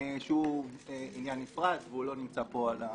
שהוא עניין נפרד ולא נמצא פה על השולחן.